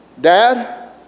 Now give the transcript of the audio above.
dad